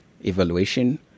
evaluation